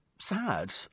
sad